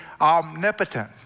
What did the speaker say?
omnipotent